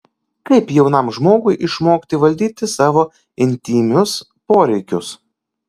kaip jaunam žmogui išmokti valdyti savo intymius poreikius